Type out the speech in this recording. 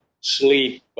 sleep